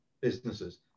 businesses